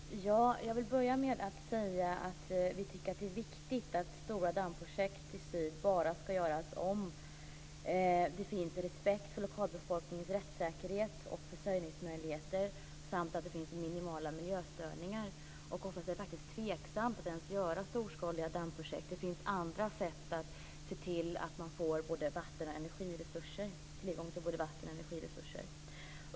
Fru talman! Jag vill börja med att säga att vi i Miljöpartiet tycker att det är viktigt att stora dammprojekt bara skall göras om det finns respekt för lokalbefolkningens rättssäkerhet och försörjningsmöjligheter och att det blir minimala miljöstörningar. Oftast är det faktiskt tveksamt att ens göra storskaliga dammprojekt. Det finns andra sätt att se till att man får tillgång till både vatten och energiresurser.